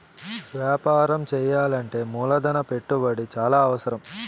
వ్యాపారం చేయాలంటే మూలధన పెట్టుబడి చాలా అవసరం